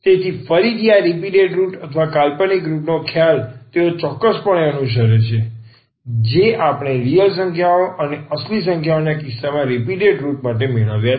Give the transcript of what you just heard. તેથી ફરીથી આ રીપીટેટ રુટ અથવા કાલ્પનિક રુટ નો ખ્યાલ તેઓ ચોક્કસપણે અનુસરે છે જે આપણે રીયલ સંખ્યાઓ અને અસલી સંખ્યાઓના કિસ્સામાં રીપીટેટ રુટ માટે મેળવ્યા છે